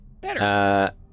Better